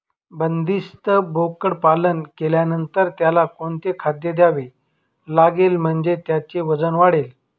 बंदिस्त बोकडपालन केल्यानंतर त्याला कोणते खाद्य द्यावे लागेल म्हणजे त्याचे वजन वाढेल?